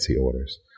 orders